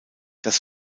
das